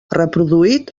reproduït